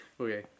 Okay